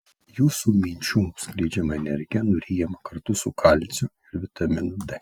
jūsų minčių skleidžiama energija nuryjama kartu su kalciu ir vitaminu d